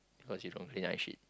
because you don't clean up shit